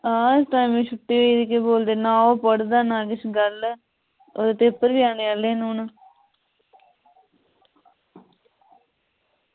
हां टैमें दी छुट्टी केह् बोलदे ना ओह् पढ़दा ना किश गल्ल ऐ ते पेपर बी औने आह्ले न हून